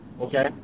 okay